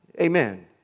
Amen